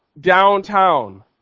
downtown